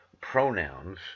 pronouns